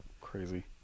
Crazy